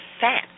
fat